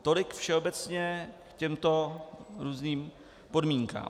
Tolik všeobecně k těmto různým podmínkám.